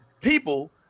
people